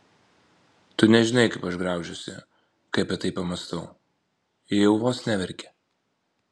tu nežinai kaip aš graužiuosi kai apie tai pamąstau ji jau vos neverkė